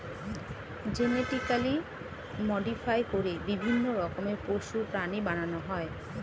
genetically modify করে বিভিন্ন রকমের পশু, প্রাণী বানানো হয়